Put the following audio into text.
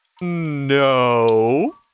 No